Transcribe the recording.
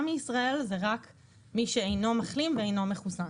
מישראל זה רק מי שאינו מחלים ואינו מחוסן.